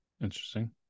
interesting